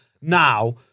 now